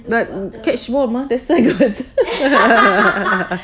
b~ catch ball mah that's why go~